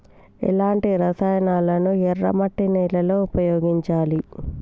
ఎలాంటి రసాయనాలను ఎర్ర మట్టి నేల లో ఉపయోగించాలి?